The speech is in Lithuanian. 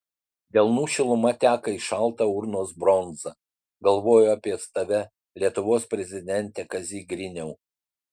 delnų šiluma teka į šaltą urnos bronzą galvoju apie tave lietuvos prezidente kazy griniau